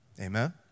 Amen